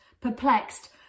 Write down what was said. Perplexed